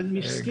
אני מסכים איתך.